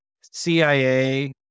CIA